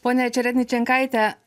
ponia čeredničenkaite